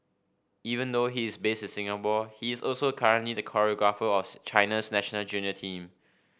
even though he is based in Singapore he is also currently the choreographer of China's national junior team